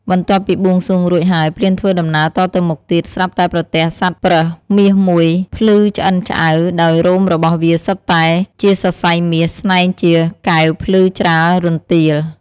បន្ទាប់ពីបួងសួងរួចហើយ ព្រានធ្វើដំណើរតទៅមុខទៀត ស្រាប់តែប្រទះសត្វប្រើសមាសមួយភ្លឺឆ្អិនឆ្អៅ ដោយរោមរបស់វាសុទ្ធតែជាសរសៃមាស ស្នែងជាកែវភ្លឺច្រាលរន្ទាល។